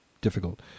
difficult